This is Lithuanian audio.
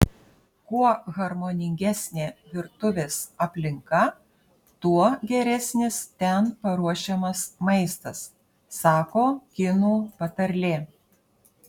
kuo harmoningesnė virtuvės aplinka tuo geresnis ten paruošiamas maistas sako kinų patarlė